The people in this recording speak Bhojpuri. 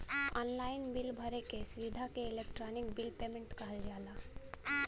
ऑनलाइन बिल भरे क सुविधा के इलेक्ट्रानिक बिल पेमेन्ट कहल जाला